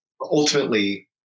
ultimately